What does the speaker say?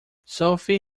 sophie